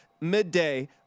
midday